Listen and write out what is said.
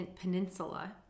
Peninsula